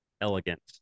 elegant